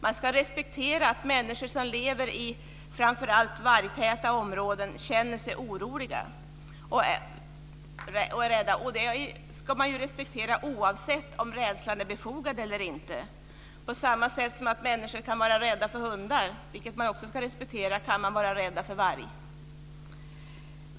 Man ska respektera att människor som lever i framför allt vargtäta områden känner sig oroliga och rädda. Det ska man respektera oavsett om rädslan är befogad eller inte. På samma sätt som människor kan vara rädda för hundar, vilket också ska respekteras, kan man vara rädd för varg.